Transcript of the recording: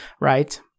right